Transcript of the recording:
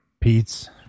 Pete's